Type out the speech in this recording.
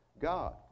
God